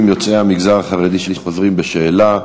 יוצאי המגזר החרדי שחוזרים בשאלה,